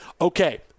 okay